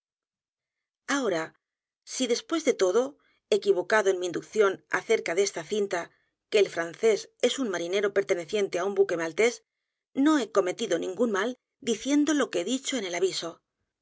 ahora si después de todo equivocado e n m i inducción acerca de esta cinta que el francés es un marinero perteneciente á un buque maltes no he cometido ningún mal diciendo lo que he dicho en el aviso